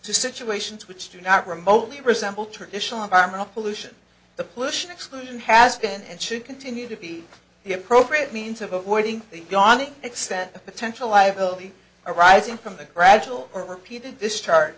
situations which do not remotely resemble traditional environmental pollution the pollution exclusion has been and should continue to be the appropriate means of avoiding the yawning extent of potential liability arising from the gradual or repeated discharge